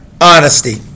honesty